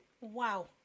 Wow